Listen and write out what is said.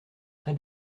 très